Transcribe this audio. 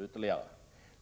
ytterligare.